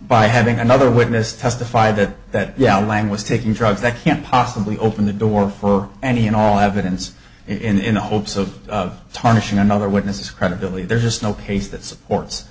by having another witness testify that that yeah lang was taking drugs that can't possibly open the door for any and all evidence in the hope so of tarnishing another witness credibility there's just no case that supports